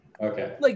Okay